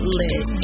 lit